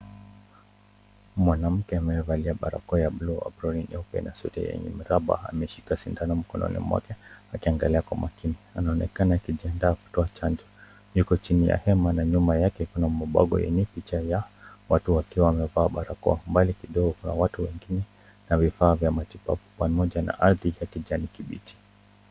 Mwanamke amevalia barakoa ya buluu, aproni nyeupe na suti yenye miraba ameshika sindano mwake. Anaonekana akijiandaa kutoa chanjo. Yuko chini ya hema na nyuma yake kuna mabango yenye picha ya watu wakiwa wamevaa barakoa. Mbali kidogo kuna watu wengine na vifaa vya matibabu pamoja na ardhi ya kijani kibichi.